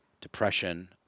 depression